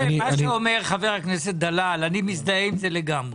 מה שאומר חבר הכנסת דלל, ואני מזדהה עם זה לגמרי: